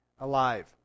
alive